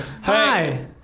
Hi